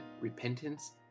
repentance